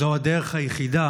זו הדרך היחידה